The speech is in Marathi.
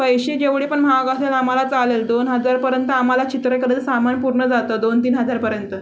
पैसे जेवढे पण महाग असेल आम्हाला चालेल दोन हजारपर्यंत आम्हाला चित्रकलेचं सामान पूर्ण जातं दोनतीन हजारपर्यंत